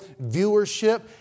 viewership